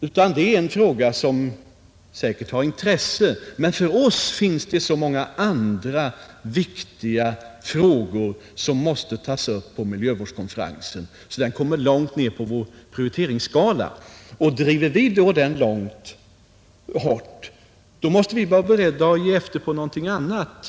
De anser att frågan visserligen är av intresse men att det finns så många andra viktiga frågor som måste tas upp på miljövårdskonferensen att frågan om förbud mot civilt överljudsflyg kommer långt ned på prioriteringsskalan. Driver vi då den frågan hårt måste vi vara beredda att ge efter i fråga om någonting annat.